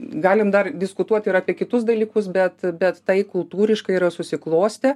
galim dar diskutuot ir apie kitus dalykus bet bet tai kultūriškai yra susiklostę